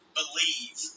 believe